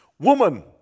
Woman